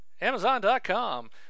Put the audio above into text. amazon.com